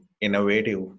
innovative